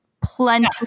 plenty